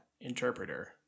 interpreter